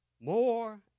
more